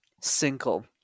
single